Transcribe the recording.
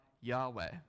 Yahweh